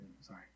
Sorry